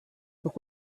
but